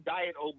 Diet